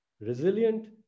resilient